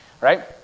Right